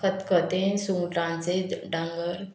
खतखतें सुंगटांचें डांगर